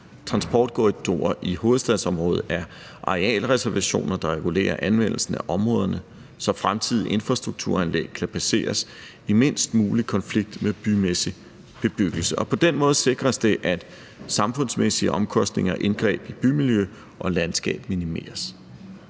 Transportkorridorer i hovedstadsområdet er arealreservationer, der regulerer anvendelsen af områderne, så fremtidige infrastrukturanlæg kan placeres i mindst mulig konflikt med bymæssig bebyggelse, og på den måde sikres det, at samfundsmæssige omkostninger og indgreb i bymiljø og landskab minimeres.